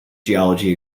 geology